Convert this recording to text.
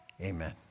Amen